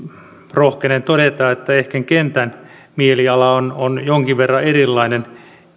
rohkenen todeta että ehkä kentän mieliala on on jonkin verran erilainen